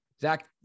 Zach